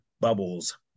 bubbles